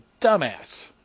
dumbass